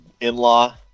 in-law